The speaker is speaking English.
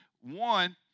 one